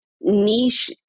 niche